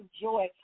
joy